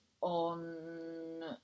on